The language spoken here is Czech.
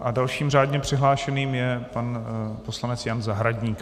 A dalším řádně přihlášeným je pan poslanec Jan Zahradník.